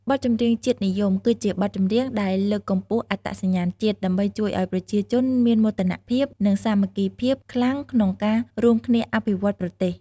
បទចម្រៀងជាតិនិយម គឺជាបទចម្រៀងដែលលើកកម្ពស់អត្តសញ្ញាណជាតិ ដើម្បីជួយឱ្យប្រជាជនមានមោទនភាព និងសាមគ្គីភាពខ្លាំងក្នុងការរួមគ្នាអភិវឌ្ឍប្រទេស។